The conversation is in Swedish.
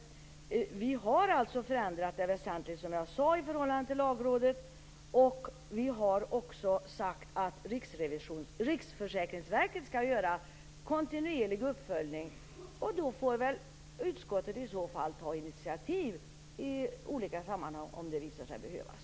Vi har alltså förändrat förslaget väsentligt i förhållande till Lagrådets synpunkter. Vi har också sagt att Riksförsäkringsverket skall göra en kontinuerlig uppföljning. Sedan får väl utskottet ta initiativ i olika sammanhang om det visar sig behövas.